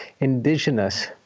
indigenous